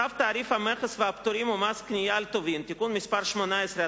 צו תעריף המכס והפטורים ומס קנייה על טובין (תיקון מס' 18),